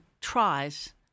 tries